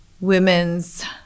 women's